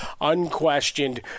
unquestioned